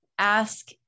Ask